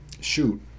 shoot